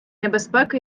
небезпеки